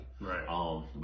right